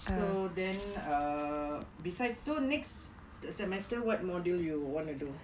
so then err besides so next semester what module you want to do